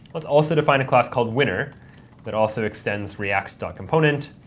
let's also define a class called winner that also extends react component.